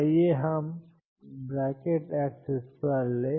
आइए हम ⟨x⟩2 लें